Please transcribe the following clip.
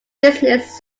business